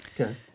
Okay